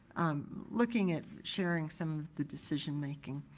looking at sharing some of the decision making.